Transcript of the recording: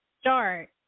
start